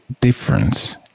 difference